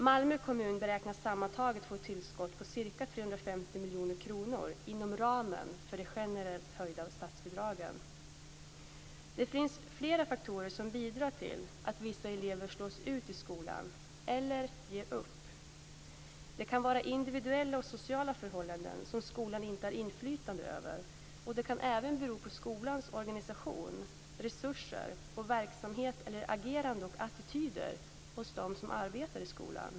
Malmö kommun beräknas sammantaget få ett tillskott på ca 350 miljoner kronor inom ramen för de generellt höjda statsbidragen. Det finns flera faktorer som bidrar till att vissa elever slås ut i skolan eller ger upp. Det kan vara individuella och sociala förhållanden som skolan inte har inflytande över och det kan även bero på skolans organisation, resurser och verksamhet eller agerande och attityder hos dem som arbetar i skolan.